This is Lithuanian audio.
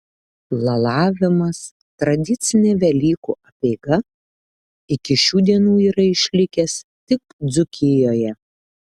lalavimas tradicinė velykų apeiga iki šių dienų yra išlikęs tik dzūkijoje